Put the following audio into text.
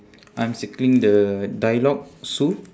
I'm circling the dialogue sue